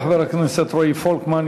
תודה לחבר הכנסת רועי פולקמן.